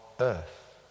earth